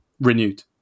renewed